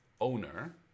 owner